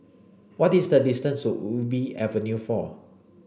what is the distance to Ubi Avenue four